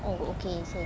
oh okay